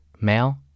Male